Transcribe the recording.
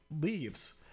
leaves